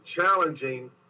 challenging